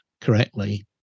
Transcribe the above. correctly